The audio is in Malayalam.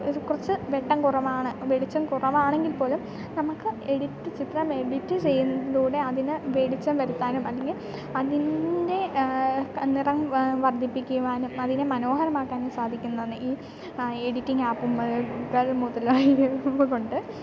കുറച്ച് വെട്ടം കുറവാണ് വെളിച്ചം കുറവാണെങ്കിൽ പോലും നമുക്ക് എഡിറ്റ് ചിത്രം എഡിറ്റ് ചെയ്യുന്നതിലൂടെ അതിനു വെളിച്ചം വരുത്താനും അല്ലെങ്കിൽ അതിൻ്റെ നിറം വ വർദ്ധിപ്പിക്കുവാനും അതിനെ മനോഹരമാക്കാനും സാധിക്കുന്നെന്ന് ഈ എഡിറ്റിങ്ങ് ആപ്പുകൾ മുതലായവ കൊണ്ട്